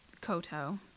Koto